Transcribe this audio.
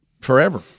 forever